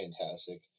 Fantastic